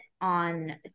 on